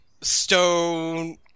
stone